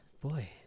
Boy